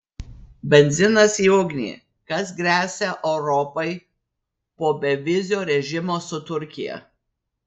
benzinas į ugnį kas gresia europai po bevizio režimo su turkija